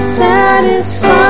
satisfied